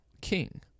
king